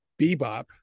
Bebop